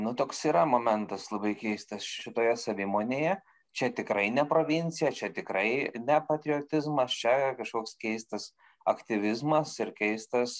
nu toks yra momentas labai keistas šitoje savimonėje čia tikrai ne provincija čia tikrai ne patriotizmas čia kažkoks keistas aktyvizmas ir keistas